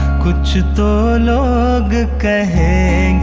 kuchh to log kahenge